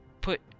put